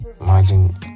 imagine